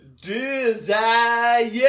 desire